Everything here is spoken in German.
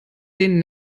den